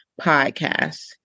Podcast